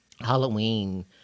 halloween